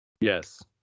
Yes